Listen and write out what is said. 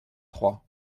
trois